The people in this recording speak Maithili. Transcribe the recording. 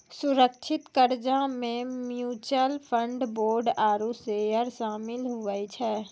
सुरक्षित कर्जा मे म्यूच्यूअल फंड, बोंड आरू सेयर सामिल हुवै छै